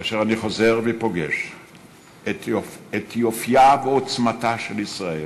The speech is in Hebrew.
כאשר אני חוזר ופוגש את יופייה ועוצמתה של ישראל